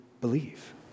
believe